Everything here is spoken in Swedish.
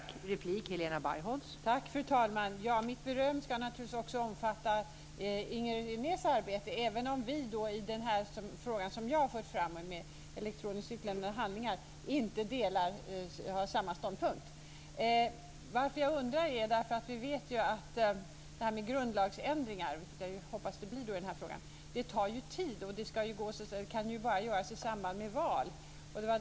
Fru talman! Mitt beröm ska naturligtvis också omfatta Inger Renés arbete, även om vi i den fråga som jag har fört fram om elektroniskt utlämnade handlingar inte har samma ståndpunkt. Jag undrar en sak eftersom vi vet att grundlagsändringar - vilket jag hoppas att det blir i den här frågan - tar tid och bara kan göras i samband med val.